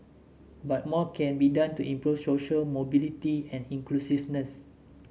but more can be done to improve social mobility and inclusiveness